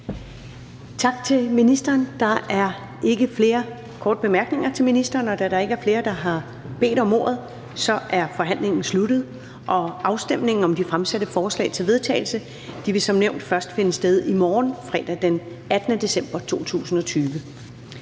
Tak til ministeren. Der er ikke flere korte bemærkninger til ministeren. Da der ikke er flere, der har bedt om ordet, er forhandlingen sluttet. Afstemningen om de fremsatte forslag til vedtagelse vil som nævnt først finde sted i morgen, fredag den 18. december 2020.